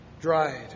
dried